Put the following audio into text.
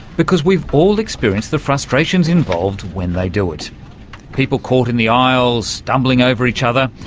because we've all experienced the frustrations involved when they do it people caught in the aisle, stumbling over each other.